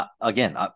again